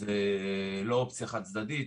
זו לא אופציה חד צדדית.